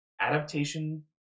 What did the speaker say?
adaptation